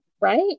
right